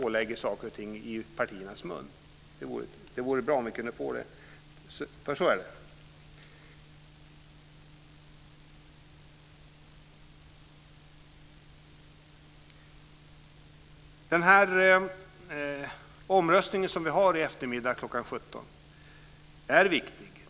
Här lägger man uttalanden i munnen på oss. Omröstningen i eftermiddag kl. 17 är viktig.